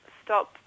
stop